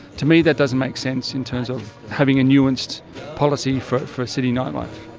to me that doesn't make sense in terms of having a nuanced policy for for city nightlife.